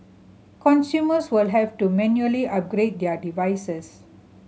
consumers will have to manually upgrade their devices